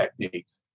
techniques